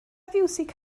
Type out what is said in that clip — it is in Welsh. fiwsig